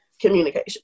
communication